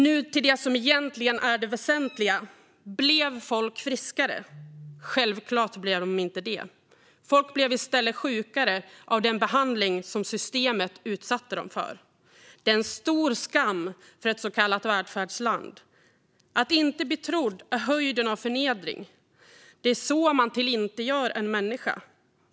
Nu till det som egentligen är det väsentliga: Blev folk friskare? Självklart blev de inte det. Folk blev i stället sjukare av den behandling som systemet utsatte dem för. Det är en stor skam för ett så kallat välfärdsland. Att inte bli trodd är höjden av förnedring. Det är så man tillintetgör en människa.